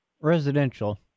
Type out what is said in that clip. residential